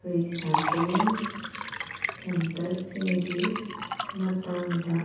recycling ꯁꯦꯟꯇꯔꯁꯤꯡꯒꯤ ꯃꯇꯥꯡꯗ